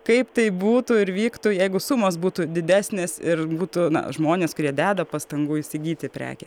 kaip tai būtų ir vyktų jeigu sumos būtų didesnės ir būtų na žmonės kurie deda pastangų įsigyti prekę